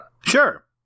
Sure